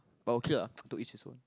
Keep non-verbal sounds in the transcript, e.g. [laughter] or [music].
but okay ah [noise] to each it's own